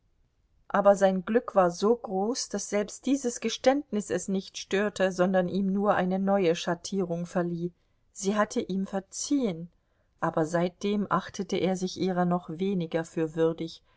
aber sein glück war so groß daß selbst dieses geständnis es nicht störte sondern ihm nur eine neue schattierung verlieh sie hatte ihm verziehen aber seitdem achtete er sich ihrer noch weniger für würdig